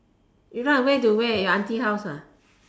you run ran to where your auntie house ah